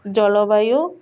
ଜଳବାୟୁ